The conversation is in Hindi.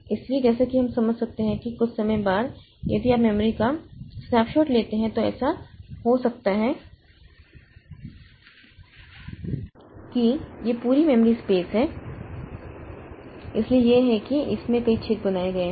इसलिए जैसा कि हम समझ सकते हैं कि कुछ समय बाद यदि आप मेमोरी का स्नैपशॉट लेते हैं तो ऐसा हो सकता है कि यह पूरी मेमोरी स्पेस है इसलिए यह है कि इसमें कई छेद बनाए गए हैं